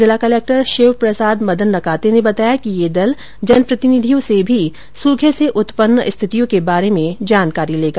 जिला कलक्टर शिव प्रसाद मदन नकाते ने बताया कि यह दल जनप्रतिनिधियों से भी सूखे से उत्पन्न स्थितियों क बारे में भी जानकारी लेगा